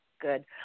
good